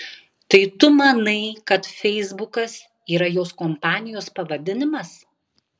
tai tu manai kad feisbukas yra jos kompanijos pavadinimas